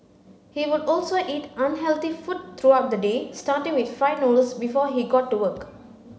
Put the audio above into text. he would also eat unhealthy food throughout the day starting with fried noodles before he got to work